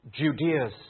Judeas